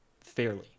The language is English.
fairly